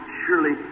surely